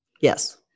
Yes